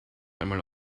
einmal